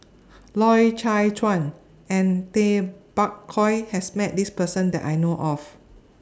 Loy Chye Chuan and Tay Bak Koi has Met This Person that I know of